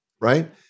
right